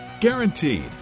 Guaranteed